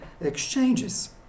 exchanges